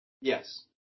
Yes